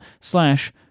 slash